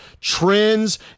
Trends